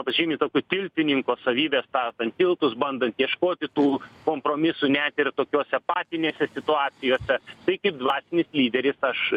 pasižymi tokiu tiltininko savybe statant tiltus bandant ieškoti tų kompromisų net ir tokiose patinėse situacijose tai kaip dvasinis lyderis aš